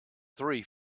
three